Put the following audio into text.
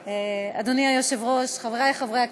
אדוני היושב-ראש, חברי חברי הכנסת,